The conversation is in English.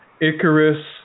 Icarus